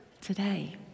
today